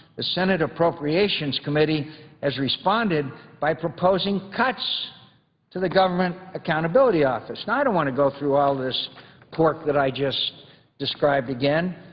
the senate appropriations committee has responded by proposing cuts to the government accountability office. now, i don't want to go through all this that i just described again,